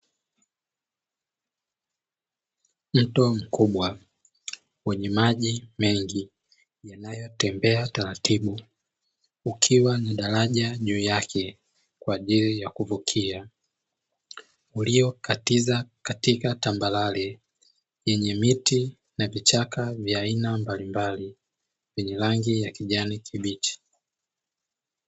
Mto mkubwa wenye maji mengi yanayotiririka taratibu ukiwa na daraja juu yake kwa ajili ya kuvukia, uliokatiza katika tambalale lenye miti na vichaka vya aina mbalimbali yenye rangi ya kijani kibichi.